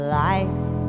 life